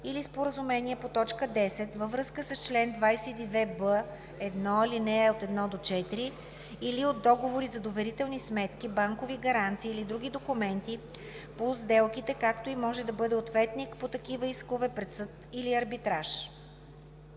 или споразумение по т. 10 във връзка с чл. 22б1, ал. 1 – 4, или от договори за доверителни сметки, банкови гаранции или други документи по сделките, както и може да бъде ответник по такива искове пред съд или арбитраж;